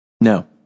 No